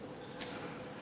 תראה.